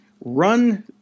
run